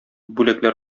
бүләкләр